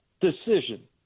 decision